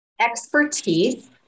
expertise